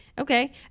Okay